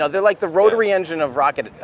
ah they're like the rotary engine of rocket,